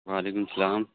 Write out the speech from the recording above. و علیکم السلام